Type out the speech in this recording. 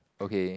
okay